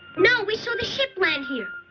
no, we saw the ship land here.